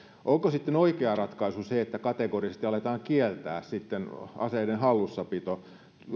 onko sitten oikea ratkaisu se että kategorisesti aletaan kieltää aseiden hallussapito